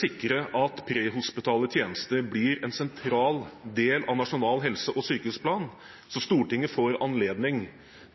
sikre at prehospitale tjenester blir en sentral del av Nasjonal helse- og sykehusplan, så Stortinget får anledning